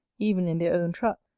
even in their own trap,